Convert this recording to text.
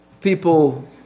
people